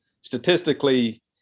statistically